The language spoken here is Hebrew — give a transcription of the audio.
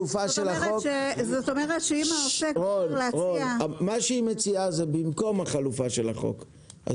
מה שהיא מציעה זה במקום החלופה של החוק,